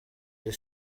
the